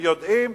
הם יודעים,